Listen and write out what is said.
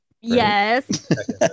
Yes